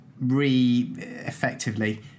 re-effectively